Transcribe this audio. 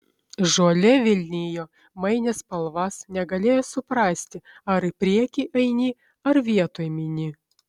žolė vilnijo mainė spalvas negalėjai suprasti ar į priekį eini ar vietoj mini